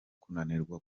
kunanirwa